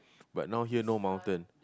but now here no mountain